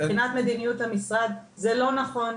מבחינת מדיניות המשרד, זה לא נכון.